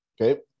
Okay